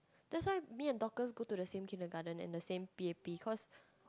that's why me and Dorcas go to the same Kindergarten and the same p_a_p cause